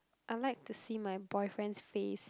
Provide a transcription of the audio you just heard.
I like to see my boyfriend's face